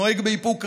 נוהג באיפוק רב,